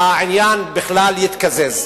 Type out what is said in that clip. והעניין בכלל יתקזז.